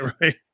right